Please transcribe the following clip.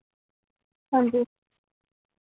हांजी